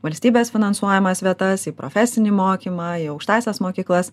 valstybės finansuojamas vietas į profesinį mokymą į aukštąsias mokyklas